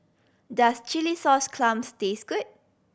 does chilli sauce clams taste good